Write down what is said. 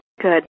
Good